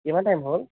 কিমান টাইম হ'ল